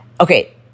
Okay